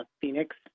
Phoenix